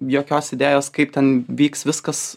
jokios idėjos kaip ten vyks viskas